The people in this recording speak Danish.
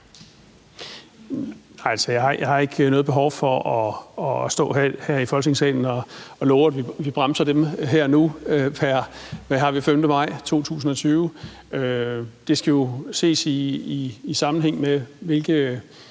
jeg har ikke noget behov for at stå her i Folketingssalen og love, at vi bremser dem her og nu, altså pr. 5. maj 2020. Det skal jo ses i sammenhæng med, hvilke